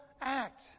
act